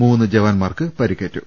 മൂന്നു ജവാന്മാർക്ക് പരിക്കേറ്റു